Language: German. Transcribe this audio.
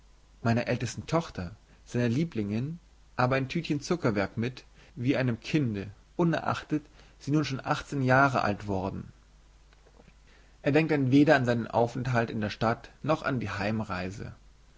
meiner ältesten tochter seiner lieblingin aber ein tütchen zuckerwerk mit wie einem kinde unerachtet sie nun schon achtzehn jahre alt worden er denkt dann weder an seinen aufenthalt in der stadt noch an die heimreise